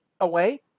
away